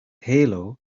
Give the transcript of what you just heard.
halo